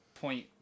point